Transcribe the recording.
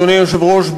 אדוני היושב-ראש,